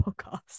podcast